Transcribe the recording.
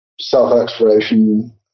self-exploration